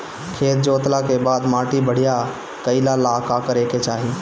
खेत जोतला के बाद माटी बढ़िया कइला ला का करे के चाही?